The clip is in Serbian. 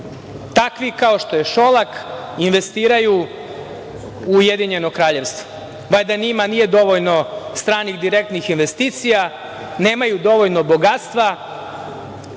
takvi kao što je Šolak investiraju u Ujedinjeno Kraljevstvo. Valjda njima nije dovoljno stranih direktnih investicija, nemaju dovoljno bogatstva,